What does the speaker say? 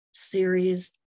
series